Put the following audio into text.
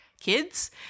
kids